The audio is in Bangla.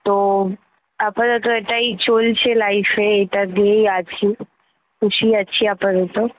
তো আপাতত এটাই চলছে লাইফে এটা দিয়েই আছি খুশি আছি আপাতত